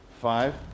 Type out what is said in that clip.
Five